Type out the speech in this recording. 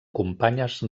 companyes